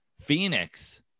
Phoenix